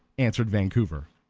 answered vancouver.